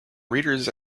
reader’s